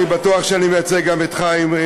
אני בטוח שאני מייצג גם את חיים,